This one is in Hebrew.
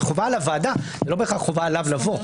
זאת חובה על הוועדה אבל לא בהכרח חובה עליו לבוא.